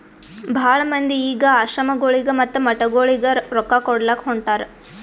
ಭಾಳ ಮಂದಿ ಈಗ್ ಆಶ್ರಮಗೊಳಿಗ ಮತ್ತ ಮಠಗೊಳಿಗ ರೊಕ್ಕಾ ಕೊಡ್ಲಾಕ್ ಹೊಂಟಾರ್